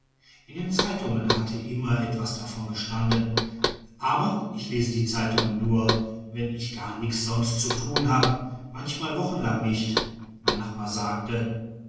in den zeitungen hatte immer was davon gestanden aber ich lese die zeitungen nur wenn ich gar nix sonst zu tun hab manchmal wochenlang nicht mein nachbar sagte